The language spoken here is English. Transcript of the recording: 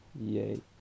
Yay